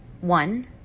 one